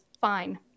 fine